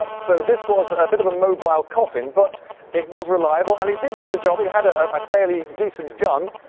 and so this was a bit of a mobile coffin, but it was reliable and it did do the job. it had a fairly decent gun.